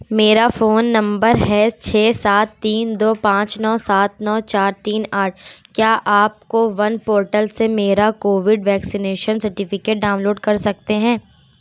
میرا phone number ہے چھ سات تین دو پانچ نو سات نو چار تین آٹھ کیا آپ کوون پورٹل سے میرا Covid vaccination certificate download کر سکتے ہیں